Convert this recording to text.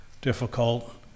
difficult